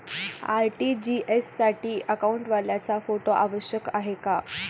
RTGS साठी अकाउंटवाल्याचा photo आवश्यक आहे का?